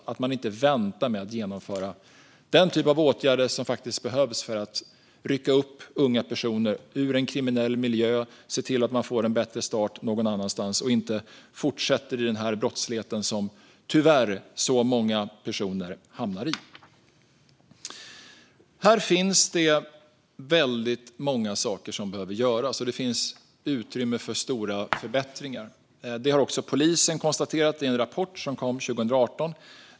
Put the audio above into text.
Man ska inte vänta med att genomföra den typ av åtgärder som behövs för att rycka upp unga personer ur en kriminell miljö och se till att de får en bättre start någon annanstans och inte fortsätter den brottslighet som tyvärr så många hamnar i. Här finns det många saker som behöver göras, och det finns utrymme för stora förbättringar. Det har också polisen konstaterat i en rapport som kom 2018.